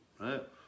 right